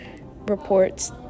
reports